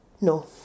No